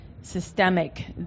systemic